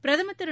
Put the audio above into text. பிரதமர் திரு